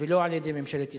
ולא על-ידי ממשלת ישראל.